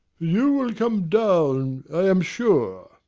you will come down i am sure.